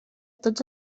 tots